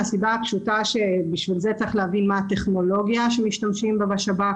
מהסיבה הפשוטה שבשביל זה צריך להבין מה הטכנולוגיה שמשתמשים בה בשב"כ,